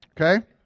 Okay